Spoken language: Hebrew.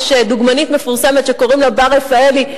יש דוגמנית מפורסמת שקוראים לה בר רפאלי,